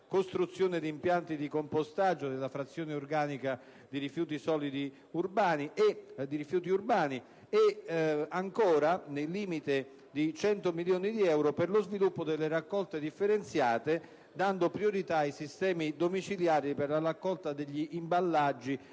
costruzione di impianti di compostaggio della frazione organica di rifiuti urbani, e di stanziare 100 milioni di euro per lo sviluppo delle raccolte differenziate, dando priorità ai sistemi domiciliari per la raccolta degli imballaggi